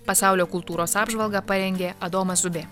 pasaulio kultūros apžvalgą parengė adomas zubė